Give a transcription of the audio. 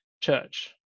church